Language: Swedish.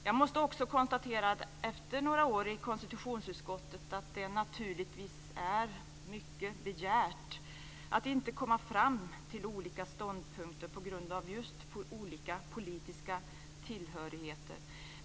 Jag måste också konstatera, efter några år i konstitutionsutskottet, att det naturligtvis är mycket begärt att inte komma fram till olika ståndpunkter på grund av just olika politiska tillhörigheter.